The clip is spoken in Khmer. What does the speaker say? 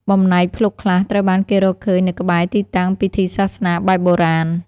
បំណែកភ្លុកខ្លះត្រូវបានគេរកឃើញនៅក្បែរទីតាំងពិធីសាសនាបែបបុរាណ។